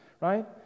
right